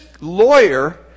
lawyer